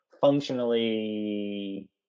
functionally